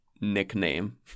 nickname